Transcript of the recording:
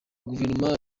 guverinoma